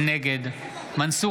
נגד מנסור